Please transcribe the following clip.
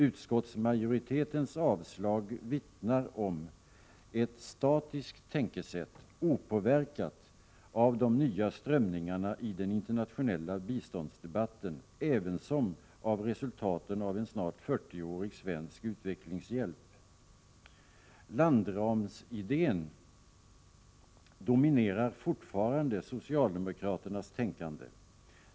Utskottsmajoritetens avstyrkande vittnar om ett statiskt tänkesätt — opåverkat av de nya strömningarna i den internationella biståndsdebatten ävensom av resultaten av en snart fyrtioårig svensk utvecklingshjälp. Landramsidén dominerar fortfarande socialdemokraternas tänkande.